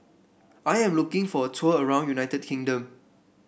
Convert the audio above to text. I am looking for a tour around United Kingdom